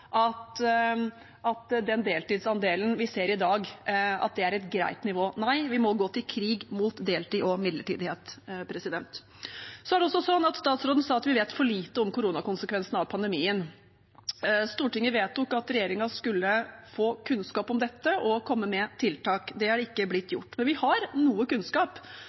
at den deltidsandelen vi ser i dag, er et greit nivå. Nei, vi må gå til krig mot deltid og midlertidighet. Statsråden sa at vi vet for lite om konsekvensene av koronapandemien. Stortinget vedtok at regjeringen skulle få kunnskap om dette og komme med tiltak. Det er ikke blitt gjort, men vi har noe kunnskap,